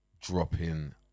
dropping